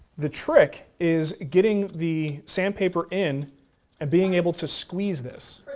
the trick is getting the sandpaper in and being able to squeeze this.